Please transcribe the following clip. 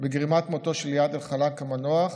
בגרימת מותו של איאד אלחלאק המנוח